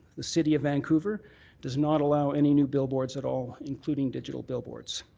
the city of vancouver does not allow any new billboards at all including digital billboards.